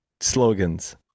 slogans